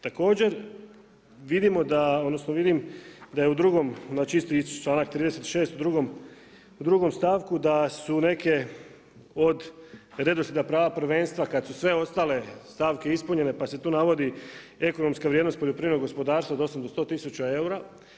Također, vidimo da, odnosno vidim da je u drugom, znači isti članak 36. u drugom stavku da su neke od redoslijeda prava prvenstva, kada su sve ostale stavke ispunjene pa se tu navodi ekonomska vrijednost poljoprivrednog gospodarstva od 8-100 tisuća eura.